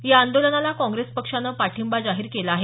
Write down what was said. या आंदोलनाला काँग्रेस पक्षानं पाठिंबा जाहीर केला आहे